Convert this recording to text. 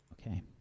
Okay